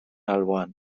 alboan